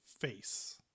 face